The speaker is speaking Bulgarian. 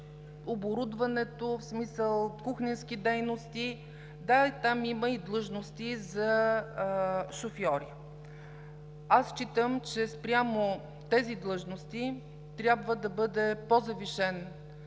оборудването, в смисъл кухненски дейности, там има и длъжности за шофьори. Аз считам, че спрямо тези длъжности трябва да бъде по-завишен